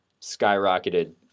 skyrocketed